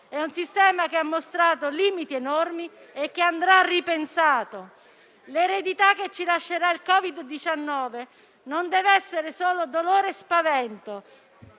È un sistema che ha mostrato limiti enormi e che andrà ripensato. L'eredità che ci lascerà il Covid-19 non deve essere solo dolore e spavento,